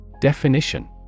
Definition